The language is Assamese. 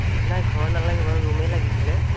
আ নাই ঘৰ নালাগে বাৰু ৰুমেই লাগিছিলে